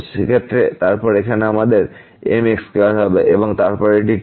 সেক্ষেত্রে তারপর এখানে আমাদের mx2 হবে এবং তারপর এটি 2mx